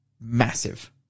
massive